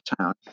town